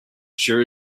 sure